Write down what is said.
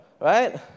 right